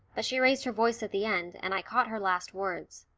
but she raised her voice at the end, and i caught her last words.